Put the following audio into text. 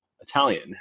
Italian